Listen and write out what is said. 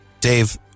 Dave